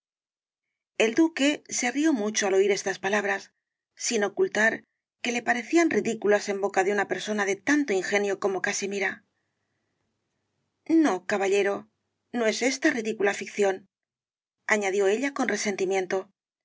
el duque se rió mucho al oir estas palabras sin ocultar que le parecían ridiculas en boca de una persona de tanto ingenio como casimira no caballero no es ésta ridicula ficción añadió ella con resentimiento